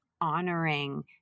honoring